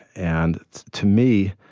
and to me,